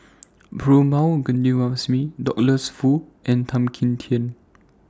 Perumal Govindaswamy Douglas Foo and Tan Kim Tian